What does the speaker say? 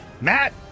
Matt